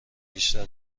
بیشتر